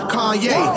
Kanye